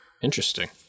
Interesting